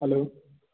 hello